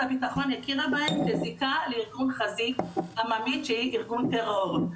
הביטחון הכירה בהם כזיקה לארגון חזית עממית שהיא ארגון טרור.